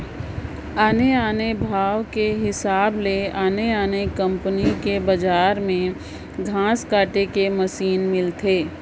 आने आने भाव कर हिसाब ले आने आने कंपनी कर बजार में घांस काटे कर मसीन मिलथे